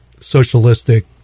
socialistic